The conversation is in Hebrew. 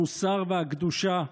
המוסר והקדושה,